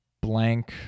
blank